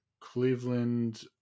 Cleveland